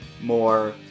more